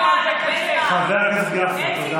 תודה.